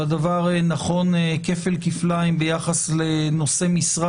והדבר נכון כפל כפליים ביחס לנושא משרה